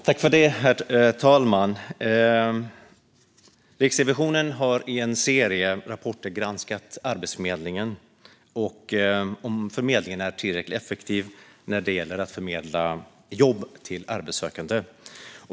Herr talman! Riksrevisionen har i en serie rapporter granskat Arbetsförmedlingen och om förmedlingen är tillräckligt effektiv när det gäller att förmedla jobb till arbetssökande.